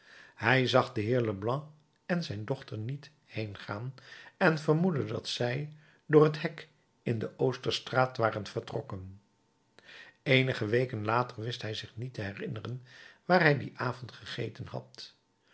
hij zag den heer leblanc en zijn dochter niet heengaan en vermoedde dat zij door het hek in de oosterstraat waren vertrokken eenige weken later wist hij zich niet te herinneren waar hij dien avond gegeten had